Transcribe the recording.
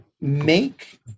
Make